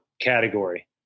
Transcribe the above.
category